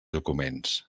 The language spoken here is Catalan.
documents